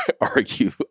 argue